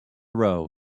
row